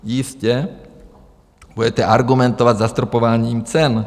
Jistě budete argumentovat zastropováním cen.